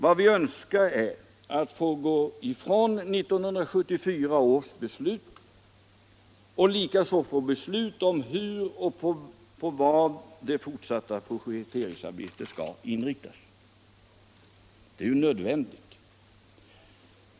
Vad vi önskar är att få gå ifrån 1974 års beslut och få beslut om hur och på vad det fortsatta projekteringsarbetet skall inriktas. Det är ju nödvändigt.